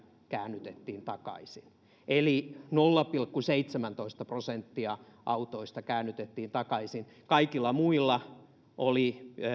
käännytettiin takaisin eli nolla pilkku seitsemäntoista prosenttia autoista käännytettiin takaisin kaikilla muilla oli